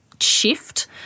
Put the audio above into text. shift